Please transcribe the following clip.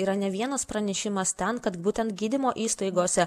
yra ne vienas pranešimas ten kad būtent gydymo įstaigose